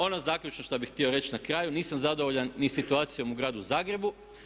Ono zaključno što bih htio reći na kraju nisam zadovoljan ni situacijom u Gradu Zagrebu.